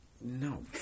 no